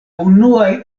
unuaj